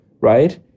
right